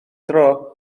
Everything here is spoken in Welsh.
dro